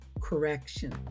correction